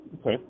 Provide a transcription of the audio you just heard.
Okay